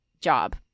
job